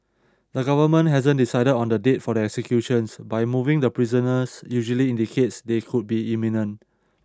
the government hasn't decided on the date for the executions but moving the prisoners usually indicates they could be imminent